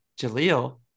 Jaleel